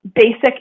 basic